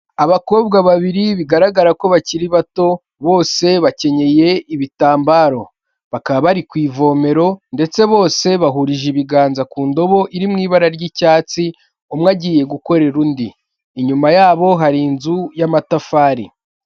Abakobwa babiri bigaragara ko bakiri bato, bose bakenyeye ibitambaro. Bakaba bari ku ivomero ndetse bose bahurije ibiganza ku ndobo iri mu ibara ry'icyatsi, umwe agiye gukorera undi. Inyuma yabo hari inzu y'amatafari.